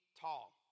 tall